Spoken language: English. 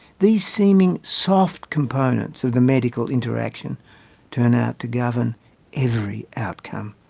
these seeming soft components of the medical interaction turn out to govern every outcome,